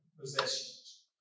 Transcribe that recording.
possessions